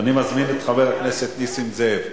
אני מזמין את חבר הכנסת נסים זאב,